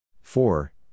four